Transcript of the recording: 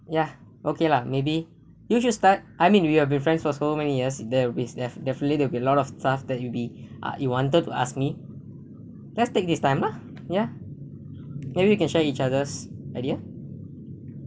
ya okay lah maybe you should start I mean we have been friends for so many years there will be def~ definitely there will be a lot of stuff that you be ah you wanted to ask me let's take this time lah yeah maybe we can share each other's idea